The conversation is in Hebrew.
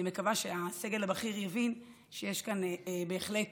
אני מקווה שהסגל הבכיר יבין שיש כאן בהחלט